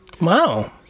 Wow